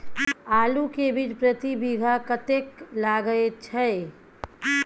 आलू के बीज प्रति बीघा कतेक लागय छै?